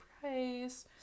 price